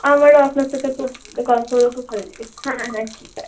আমারও আপনার সাথে খুব গল্প করে খুব ভালো লেগেছে হ্যাঁ হ্যাঁ ঠিক আছে